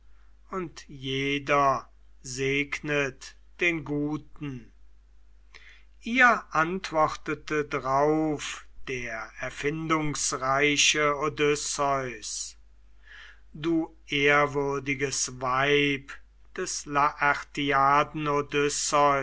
und jeder segnet den guten ihr antwortete drauf der erfindungsreiche odysseus du ehrwürdiges weib des